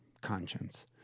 conscience